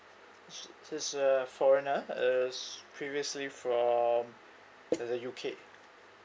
he's uh foreigner uh s~ previously from the the U_K